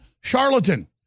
charlatan